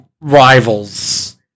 rivals